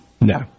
No